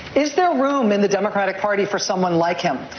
is there room in the democratic party for someone like him,